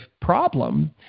problem